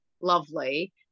lovely